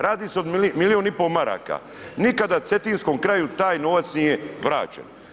Radi se o milijun i po maraka, nikada Cetinskom kraju taj novac nije vraćen.